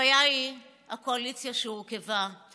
הבעיה היא הקואליציה שהורכבה.